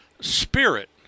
spirit